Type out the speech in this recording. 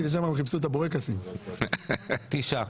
תשעה.